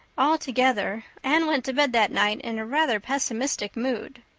altogether, anne went to bed that night in a rather pessimistic mood.